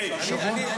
שבוע.